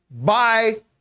Bye